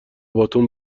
باتوم